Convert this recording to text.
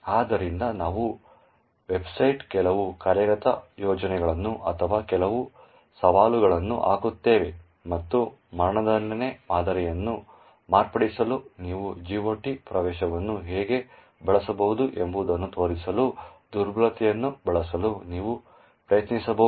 ಆದ್ದರಿಂದ ನಾವು ವೆಬ್ಸೈಟ್ನಲ್ಲಿ ಕೆಲವು ಕಾರ್ಯಯೋಜನೆಗಳನ್ನು ಅಥವಾ ಕೆಲವು ಸವಾಲುಗಳನ್ನು ಹಾಕುತ್ತೇವೆ ಮತ್ತು ನಡಸುವ ಮಾದರಿಯನ್ನು ಮಾರ್ಪಡಿಸಲು ನೀವು GOT ಪ್ರವೇಶವನ್ನು ಹೇಗೆ ಬಳಸಬಹುದು ಎಂಬುದನ್ನು ತೋರಿಸಲು ದುರ್ಬಲತೆಯನ್ನು ಬಳಸಲು ನೀವು ಪ್ರಯತ್ನಿಸಬಹುದು